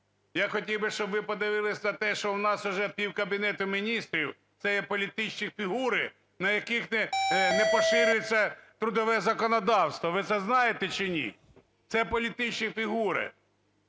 Я хотів би, щоб ви подивились на те, що в нас уже пів Кабінету Міністрів – це є політичні фігури, на яких не поширюється трудове законодавство. Ви це знаєте чи ні? Це політичні фігури.